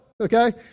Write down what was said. okay